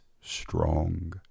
strong